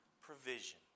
provision